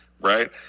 Right